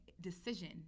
decision